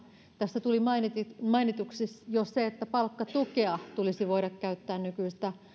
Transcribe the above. tässä tuli mainituksi mainituksi jo se että palkkatukea tulisi voida käyttää nykyistä